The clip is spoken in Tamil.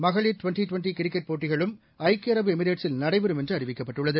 மகளிர் டுவெண்டி டுவெண்டி கிரிக்கெட் போட்டிகளும் ஐக்கிய அரபு எமிரேட்டில் நடைபெறும் என்று அறிவிக்கப்பட்டுள்ளது